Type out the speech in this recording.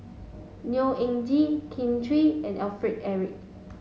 Neo Anngee Kin Chui and Alfred Eric